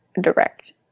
direct